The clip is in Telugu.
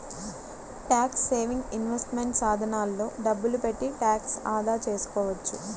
ట్యాక్స్ సేవింగ్ ఇన్వెస్ట్మెంట్ సాధనాల్లో డబ్బులు పెట్టి ట్యాక్స్ ఆదా చేసుకోవచ్చు